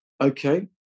Okay